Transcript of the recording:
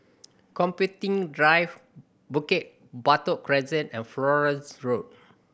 Computing Drive Bukit Batok Crescent and Florence Road